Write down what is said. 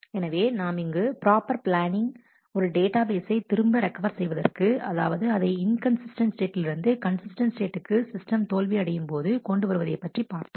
எனவே நாம் இங்கு ப்ராப்பர் பிளானிங் ஒரு டேட்டா பேசை திரும்ப ரெக்கவர் செய்வதற்கு அதாவது அதை இன்கன்சிஸ்டன்ட் ஸ்டேட்டில் இருந்து கன்சிஸ்டன்ட் ஸ்டேட்க்கு சிஸ்டம் தோல்வி அடையும்போது கொண்டு வருவதை பற்றி பார்த்தோம்